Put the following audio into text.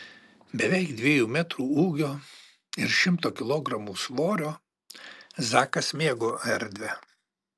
beveik dviejų metrų ūgio ir šimto kilogramų svorio zakas mėgo erdvę